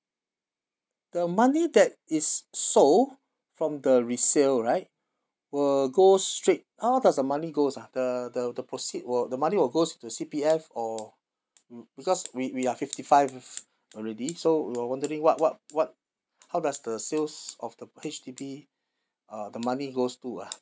the money that is sold from the resale right will go straight how does the money goes ah the the the proceeds will the money will goes to C_P_F or mm because we we are fifty five already so we were wondering what what what how does the sales of the H_D_B uh the money goes to ah